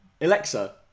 Alexa